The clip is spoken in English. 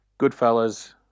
Goodfellas